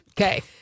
Okay